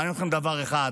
מעניין אתכם דבר אחד,